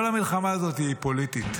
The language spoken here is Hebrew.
כל המלחמה הזאת היא פוליטית,